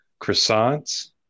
croissants